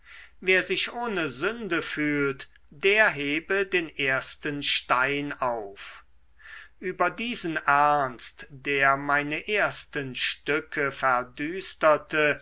wer sich ohne sünde fühlt der hebe den ersten stein auf über diesen ernst der meine ersten stücke verdüsterte